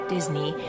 Disney